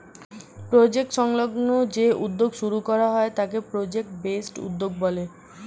প্রকল্প সংলগ্ন যে উদ্যোগ শুরু করা হয় তাকে প্রজেক্ট বেসড উদ্যোগ বলে